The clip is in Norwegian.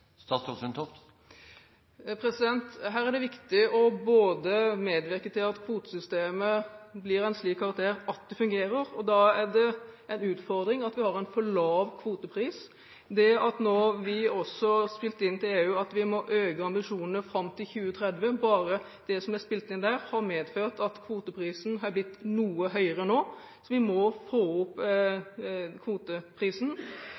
Her er det viktig å medvirke til at kvotesystemet blir av en slik karakter at det fungerer. Da er det en utfordring at vi har en for lav kvotepris. Det at vi også spilte inn til EU at vi må øke ambisjonene fram til 2030 – bare det som ble spilt inn der – har medført at kvoteprisen har blitt noe høyere nå. Vi må få opp